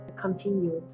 continued